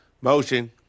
motion